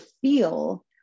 feel